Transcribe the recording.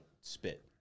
spit